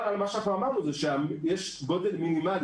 אבל מה שאמרנו הוא שיש גודל מינימלי.